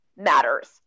matters